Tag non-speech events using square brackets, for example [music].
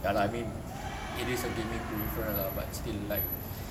ya lah I mean it is a gaming peripheral ah but still like [breath]